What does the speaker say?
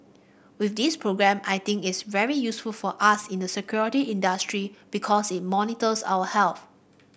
with this programme I think it's very useful for us in the security industry because it monitors our health